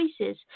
choices